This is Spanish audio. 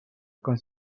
con